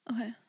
Okay